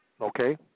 Okay